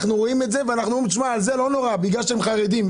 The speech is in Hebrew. אנחנו רואים את זה ואנחנו אומרים שזה לא נורא כי הם חרדים.